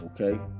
okay